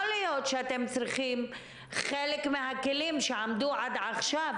יכול להיות שאתם צריכים חלק מהכלים שעמדו עד עכשיו